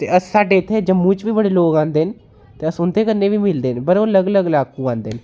ते अस साढ़े इत्थे जम्मू च बी बड़े लोक आंदे न ते अस उं'दे कन्नै बी मिलदे न पर ओह् अलग अलग अलाकू आंदे न